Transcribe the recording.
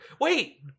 Wait